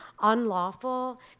unlawful